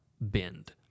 bend